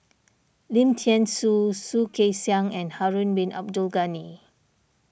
Lim thean Soo Soh Kay Siang and Harun Bin Abdul Ghani